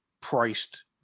priced